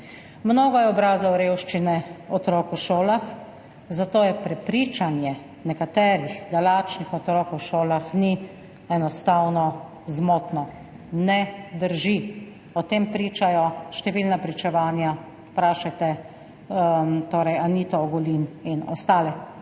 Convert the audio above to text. Mnogo je obrazov revščine otrok v šolah, zato je prepričanje nekaterih, da lačnih otrok v šolah ni, enostavno zmotno. Ne drži. O tem pričajo številna pričevanja. Vprašajte Anito Ogulin in ostale.